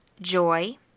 joy